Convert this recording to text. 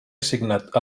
assignat